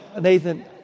Nathan